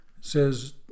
says